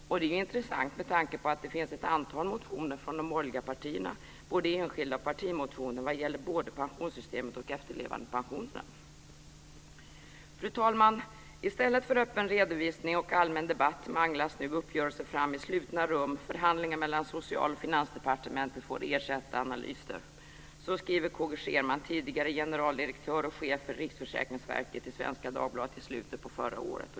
Och det är ju intressant med tanke på att det finns ett antal motioner från de borgerliga partierna, både enskilda och partimotioner, vad gäller både pensionssystemet och efterlevandepensionerna. Fru talman! "I stället för öppen redovisning och allmän debatt manglas nu uppgörelser fram i slutna rum, förhandlingar mellan Social och Finansdepartementet får ersätta analyser." Så skriver K G Scherman, tidigare generaldirektör och chef för Riksförsäkringsverket, i Svenska Dagbladet i slutet på förra året.